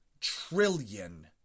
trillion